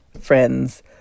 friends